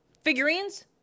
figurines